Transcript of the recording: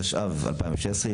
התשע"ב-2016,